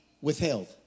withheld